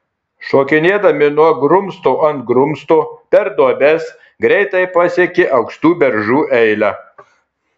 šokinėdami nuo grumsto ant grumsto per duobes greitai pasiekė aukštų beržų eilę